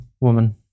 woman